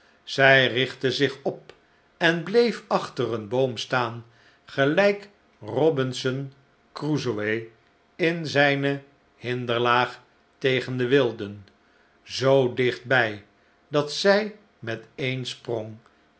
zij richtte zich op en bleef achter een boom staan gelijk eobinson crusoe in zijne hinder laag tegen de wilden zoo dichtbij dat zij met een sprong